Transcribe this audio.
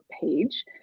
page